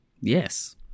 yes